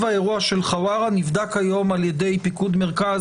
האירוע של חווארה נבדק היום על ידי פיקוד מרכז,